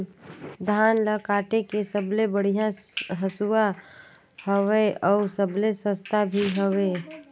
धान ल काटे के सबले बढ़िया हंसुवा हवये? अउ सबले सस्ता भी हवे?